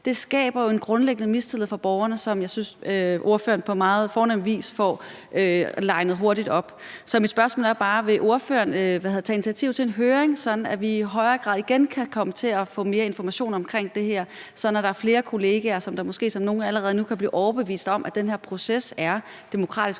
Det skaber jo en grundlæggende mistillid hos borgerne, som jeg synes ordføreren på meget fornem vis får linet hurtigt op. Så mit spørgsmål er bare: Vil ordføreren tage initiativ til en høring, sådan at vi i højere grad kan få mere information omkring det her, og sådan at der er flere kollegaer, som måske – som nogle allerede er blevet nu – kan blive overbevist om, at den her proces er demokratisk